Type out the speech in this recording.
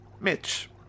Mitch